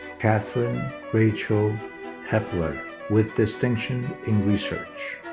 katherine rachel hebeler with distinction in research.